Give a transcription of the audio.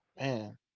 man